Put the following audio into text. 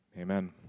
amen